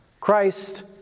Christ